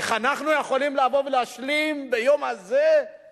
איך אנחנו יכולים לבוא ולהשלים ביום הזה עם